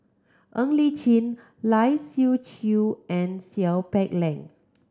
Ng Li Chin Lai Siu Chiu and Seow Peck Leng